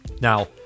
Now